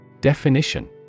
Definition